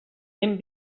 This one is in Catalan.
hem